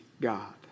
God